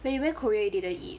when you went korea you didn't eat